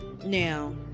Now